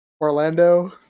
Orlando